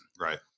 Right